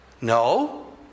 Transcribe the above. No